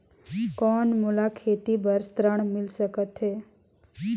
कौन मोला खेती बर ऋण मिल सकत है?